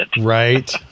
Right